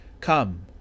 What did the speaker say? Come